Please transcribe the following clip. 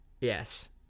Yes